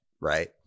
right